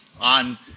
on